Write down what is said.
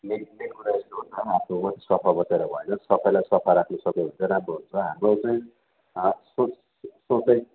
main कुरा यस्तो हो नि त आफू मात्रै सफा बसेर भएन नि त सबैलाई सफा राख्नु सक्यो भने राम्रो हुन्छ हाम्रो चाहिँ सोच सोचाइ